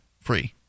free